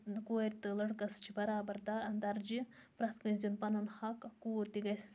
کورِ تہٕ لٔڑکَس چھ بَرابر دَ دَرجہِ پرتھ کٲنٛسہِ دیُن بَرابر حق کوٗر تہِ گَژھِ